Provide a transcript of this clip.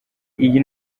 iyi